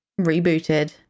Rebooted